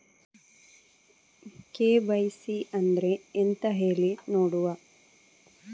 KYC ಅಂದ್ರೆ ಎಂತ ಹೇಳಿ ನೋಡುವ?